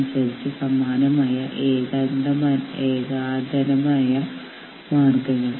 ഞാൻ ഉദ്ദേശിച്ചത് ഈ കേസിൽ നിയമത്തിന്റെ വളരെ സൂക്ഷ്മമായ വ്യാഖ്യാനങ്ങൾ ഉണ്ട്